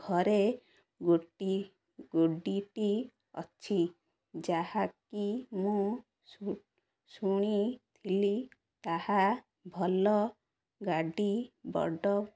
ଘରେ ଗୋଟି ଗୋଡ଼ିଟି ଅଛି ଯାହାକି ମୁଁ ଶୁଣିଥିଲି ତାହା ଭଲ ଗାଡ଼ି ବଡ଼